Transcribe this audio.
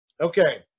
Okay